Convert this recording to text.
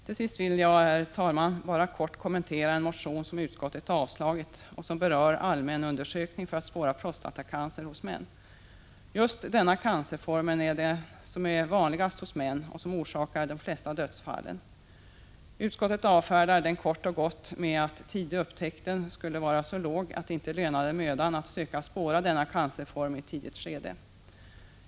Till sist vill jag, herr talman, bara kort kommentera en motion som utskottet avstyrkt och som berör allmän undersökning för att spåra prostatacancer hos män. Just den cancerformen är den som är vanligast hos män och som orsakar de flesta dödsfallen. Utskottet avfärdar motionen kort och gott med att upptäcktsfrekvensen skulle vara så låg att det inte lönade mödan att söka spåra denna cancerform i tidigt skede.